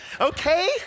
Okay